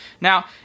Now